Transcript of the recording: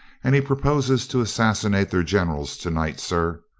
and he purposes to assassinate their gen erals to-night. sir,